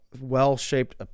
well-shaped